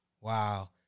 wow